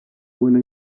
buena